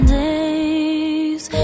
days